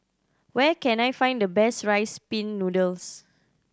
where can I find the best Rice Pin Noodles